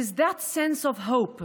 את פני אירופה.